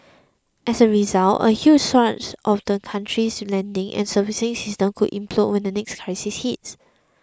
as a result a large swathe of the country's lending and servicing system could implode when the next crisis hits